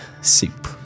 soup